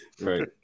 right